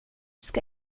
ska